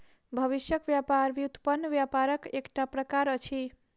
भविष्यक व्यापार व्युत्पन्न व्यापारक एकटा प्रकार अछि